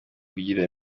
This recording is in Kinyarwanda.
kugira